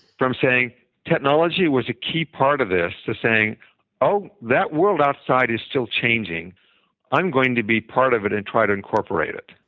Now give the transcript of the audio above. from saying technology was a key part of this, to saying oh, that world outside is still changing i'm going to be part of it and try to incorporate it.